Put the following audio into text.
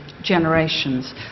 generations